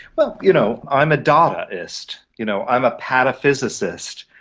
well, you know i'm a dadaist. you know i'm a pataphysicist,